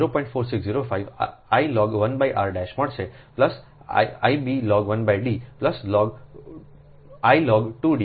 4605 I log 1 r મળશે I b log 1 D I log 2 D I b log 2 D